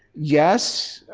yes,